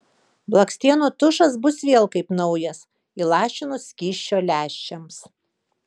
blakstienų tušas bus vėl kaip naujas įlašinus skysčio lęšiams